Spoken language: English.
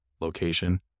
location